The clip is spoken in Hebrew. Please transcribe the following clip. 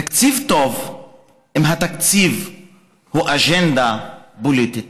תקציב הוא טוב אם התקציב הוא אג'נדה פוליטית